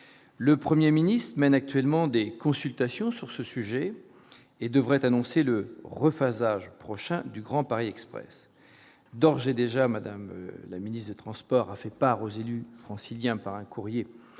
le 1er ministre mène actuellement des consultations sur ce sujet et devrait annoncer le Refah sage prochain du Grand Paris Express d'ores et déjà Madame la ministre des Transports, a fait part aux élus franciliens par un courrier